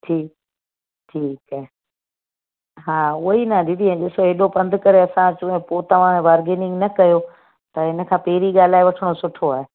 ठीकु ठीकु आहे हा उहो ई न दीदी ऐं ॾिसो एॾो पंधु करे असां अचूं ऐं पोइ तव्हां बार्गेनिंग न कयो त इनखां पहिरीं ॻाल्हाए वठिणो सुठो आहे